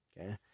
Okay